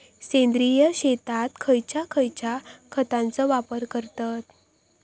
सेंद्रिय शेतात खयच्या खयच्या खतांचो वापर करतत?